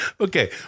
Okay